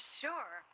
sure